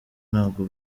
ntabwo